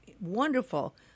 wonderful